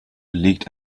legt